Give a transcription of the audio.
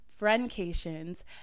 friendcations